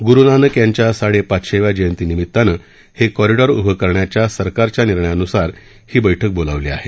गुरु नानक यांच्या साडेपाचशेव्या जयंती निमित्तानं हे कॉरिडॉर उभं करण्याच्या सरकारच्या निर्णयानुसार ही बैठक बोलावली आहे